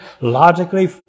logically